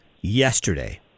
yesterday